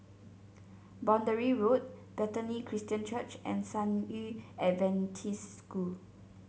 Boundary Road Bethany Christian Church and San Yu Adventist School